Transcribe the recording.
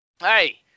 Hey